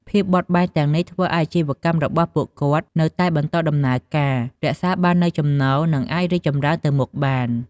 ភាពបត់បែនទាំងនេះធ្វើឱ្យអាជីវកម្មរបស់ពួកគាត់នៅតែបន្តដំណើរការ រក្សាបាននូវចំណូល និងអាចរីកចម្រើនទៅមុខបាន។